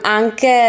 anche